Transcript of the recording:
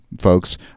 folks